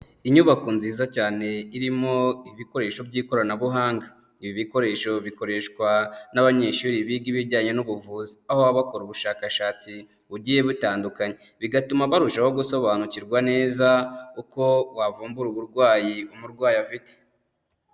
Inyubako nziza cyane irimo ibikoresho by'ikoranabuhanga. Ibi bikoresho bikoreshwa n'abanyeshuri biga ibijyanye n'ubuvuzi, aho baba bakora ubushakashatsi bugiye butandukanye, bigatuma barushaho gusobanukirwa neza uko wavumbura uburwayi umurwayi afite.